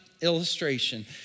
illustration